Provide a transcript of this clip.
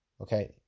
okay